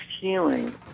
healing